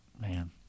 Man